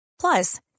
Plus